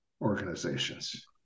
organizations